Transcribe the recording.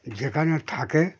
যেখানে থাকে